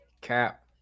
cap